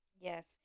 Yes